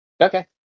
Okay